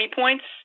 points